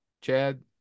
Chad